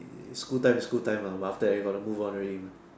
school time is school time lah but after that you got to move on already mah